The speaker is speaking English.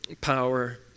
power